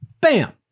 bam